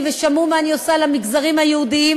ושמעו מה אני עושה למגזרים היהודיים,